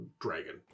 dragon